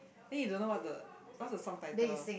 then you don't know what's the what's the song title